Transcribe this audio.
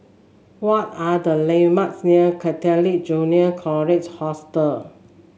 what are the landmarks near Catholic Junior College Hostel